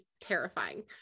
terrifying